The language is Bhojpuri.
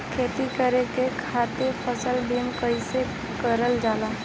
खेती करे के खातीर फसल बीमा कईसे कइल जाए?